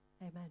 Amen